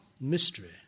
mystery